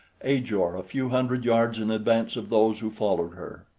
ajor a few hundred yards in advance of those who followed her.